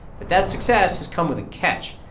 but that success has come with a catch.